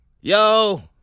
Yo